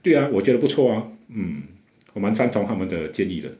对 ah 我觉得不错 ah mm 我蛮站通他们的建议的